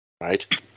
Right